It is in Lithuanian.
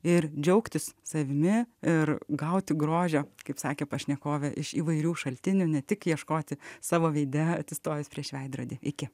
ir džiaugtis savimi ir gauti grožio kaip sakė pašnekovė iš įvairių šaltinių ne tik ieškoti savo veide atsistojęs prieš veidrodį iki